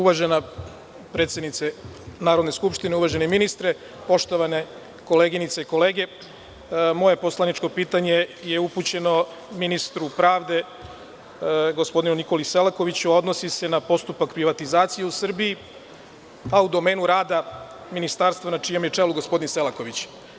Uvažena predsednice Narodne skupštine, uvaženi ministre, poštovane koleginice i kolege, moje poslaničko pitanje je upućeno ministru pravde, gospodinu Nikoli Selakoviću, a odnosi se na postupak privatizacije u Srbiji, a u domenu rada Ministarstva na čijem je čelu gospodin Selaković.